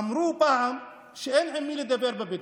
אמרו פעם שאין עם מי לדבר אצל הבדואים.